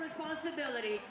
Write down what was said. responsibility